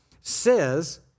says